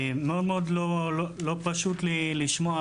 מאוד מאוד לא פשוט לי לשמוע,